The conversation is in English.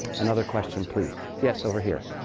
another question, please. yes, over here.